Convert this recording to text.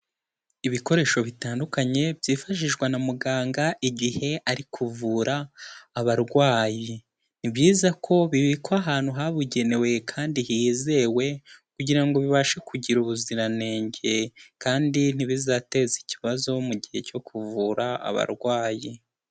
Ibikoresho bitandukanye byifashishwa na muganga igihe ari kuvura abarwayi. Ni byiza ko bibikwa ahantu habugenewe kandi hizewe, kugira ngo bibashe kugira ubuziranenge kandi ntibizateza ikibazo mu gihe cyo kuvura abarwayi.